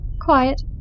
Quiet